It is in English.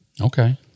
Okay